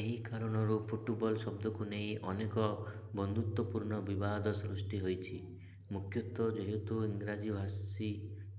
ଏହି କାରଣରୁ ଫୁଟବଲ୍ ଶବ୍ଦକୁ ନେଇ ଅନେକ ବନ୍ଧୁତ୍ୱପୂର୍ଣ୍ଣ ବିବାଦ ସୃଷ୍ଟି ହୋଇଛି ମୁଖ୍ୟତଃ ଯେହେତୁ ଇଂରାଜୀ ଭାଷୀ